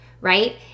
right